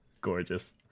Gorgeous